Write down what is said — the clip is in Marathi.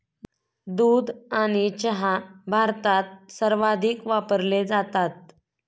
दूध आणि चहा भारतात सर्वाधिक वापरले जातात